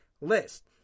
list